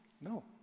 No